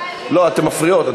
לא, אתן מפריעות.